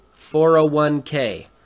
401k